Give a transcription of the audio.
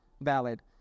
valid